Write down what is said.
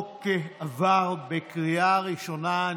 הצעת החוק עברה בקריאה ראשונה.